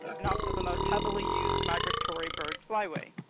and also the most heavily used migratory bird flyway.